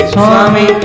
Swami